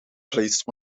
placed